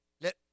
Let